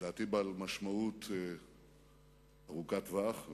שלדעתי הוא בעל משמעות ארוכת טווח,